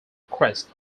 crest